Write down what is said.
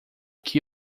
que